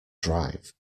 drive